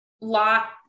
lot